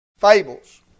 fables